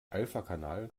alphakanal